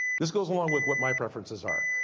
this goes along with what my preferences are.